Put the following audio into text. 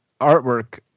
artwork